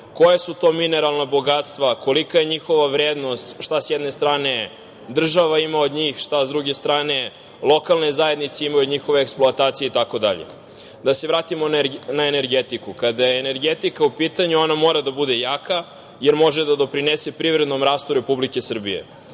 koja su to mineralna bogatstva, kolika je njihova vrednost, šta s jedne strane država ima od njih, šta s druge strane lokalne zajednice imaju od njihove eksploatacije, itd. Da se vratimo na energetiku. Kada je energetika u pitanju, ona mora da bude jaka, jer može da doprinese privrednom rastu Republike Srbije.